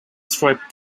strip